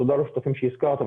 תודה לשותפים שהזכרת,